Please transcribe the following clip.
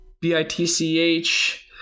B-I-T-C-H